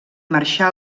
marxà